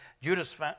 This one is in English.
Judas